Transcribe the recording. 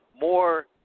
more